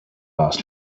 last